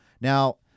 Now